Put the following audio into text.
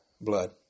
blood